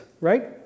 right